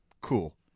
cool